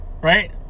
Right